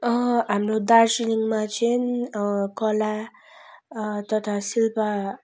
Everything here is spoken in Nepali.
हाम्रो दार्जिलिङमा चाहिँ कला तथा शिल्प